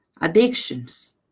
Addictions